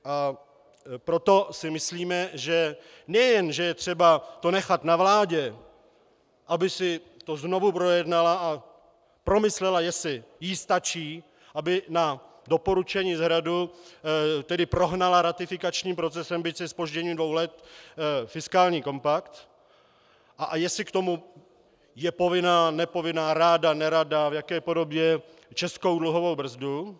A proto si myslíme, že nejen že je třeba to nechat na vládě, aby si to znovu projednala a promyslela, jestli jí stačí, aby na doporučení z Hradu prohnala ratifikačním procesem, byť se zpožděním dvou let, fiskální kompakt, a jestli k tomu je povinná nepovinná, ráda nerada, v jaké podobě českou dluhovou brzdu.